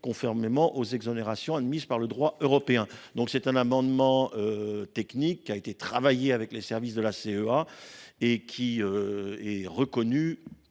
conformément aux exonérations admises par le droit européen. Cet amendement technique a été travaillé avec les services de la Collectivité européenne